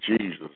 Jesus